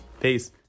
Peace